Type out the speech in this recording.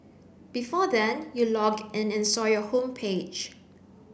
before then you logged in and saw your homepage